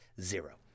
zero